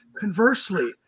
Conversely